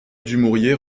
dumouriez